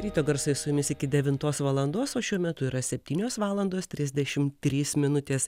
ryto garsai su jumis iki devintos valandos o šiuo metu yra septynios valandos trisdešimt trys minutės